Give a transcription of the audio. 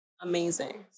Amazing